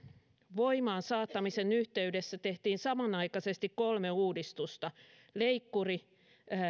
voimaan saattamisen yhteydessä tehtiin samanaikaisesti kolme uudistusta leikkuri